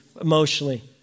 emotionally